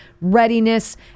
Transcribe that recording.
readiness